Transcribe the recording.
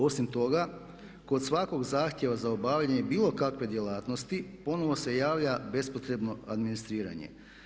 Osim toga, kod svakog zahtjeva za obavljanje bilo kakve djelatnosti ponovno se javlja bespotrebno administriranje.